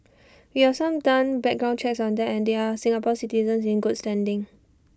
we have some done background checks on them and they are Singapore citizens in good standing